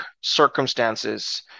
circumstances